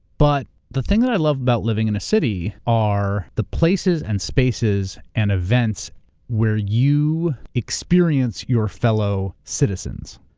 but the thing that i love about living in a city are the places and spaces and events where you experience your fellow citizens.